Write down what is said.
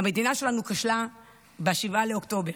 המדינה שלנו כשלה ב-7 באוקטובר.